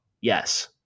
yes